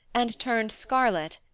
and turned scarlet,